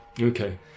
Okay